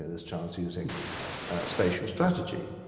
ah this child is using spatial strategy.